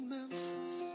Memphis